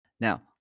Now